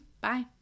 Bye